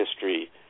history